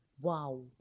wow